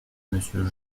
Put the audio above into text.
monsieur